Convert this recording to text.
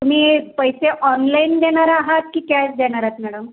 तुम्ही पैसे ऑनलाईन देणार आहात की कॅश देणार आहात मॅडम